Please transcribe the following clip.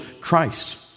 Christ